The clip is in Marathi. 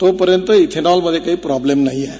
तोपर्यंत इथेनॉलमध्ये काही प्रोब्लेम नाहीये